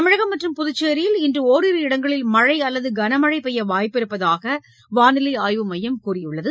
தமிழகம் மற்றும் புதுச்சேரியில் இன்று ஓரிரு இடங்களில் மழை அல்லது கனமழை பெய்ய வாய்ப்பிருப்பதாக வானிலை ஆய்வு மையம் கூறியுள்ளது